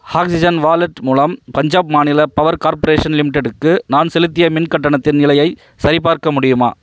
oxygen wallet மூலம் பஞ்சாப் மாநில power corporation லிமிட்டெடுக்கு நான் செலுத்திய மின் கட்டணத்தின் நிலையை சரிபார்க்க முடியுமா